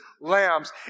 lambs